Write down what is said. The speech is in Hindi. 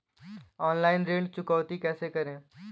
ऑनलाइन ऋण चुकौती कैसे करें?